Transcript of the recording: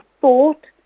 thought